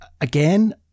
again